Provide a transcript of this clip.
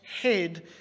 head